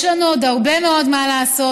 יש לנו עוד הרבה מאוד מה לעשות.